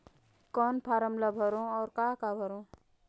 कौन फारम ला भरो और काका भरो?